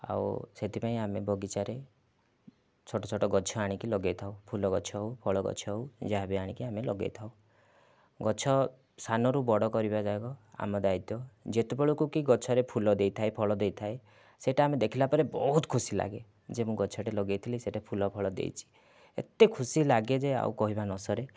ଆଉ ସେଥିପାଇଁ ଆମେ ବଗିଚାରେ ଛୋଟ ଛୋଟ ଗଛ ଆଣିକି ଲଗାଇଥାଉ ଫୁଲ ଗଛ ହେଉ ଫଳ ଗଛ ହେଉ ଯାହାବି ଆଣିକି ଆମେ ଲଗାଇଥାଉ ଗଛ ସାନ ରୁ ବଡ଼ କରିବା ଯାକ ଆମ ଦାୟିତ୍ୱ ଯେତେବେଳକୁ କି ଗଛରେ ଫୁଲ ଦେଇଥାଏ ଫଳ ଦେଇଥାଏ ସେଇଟା ଆମେ ଦେଖିଲା ପରେ ବହୁତ ଖୁସି ଲାଗେ ଯେ ମୁଁ ଗଛଟେ ଲଗାଇଥିଲି ସେଇଟା ଫୁଲ ଫଳ ଦେଇଛି ଏତେ ଖୁସି ଲାଗେ ଯେ ଆଉ କହିବା ନସରେ